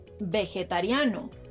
vegetariano